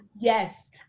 Yes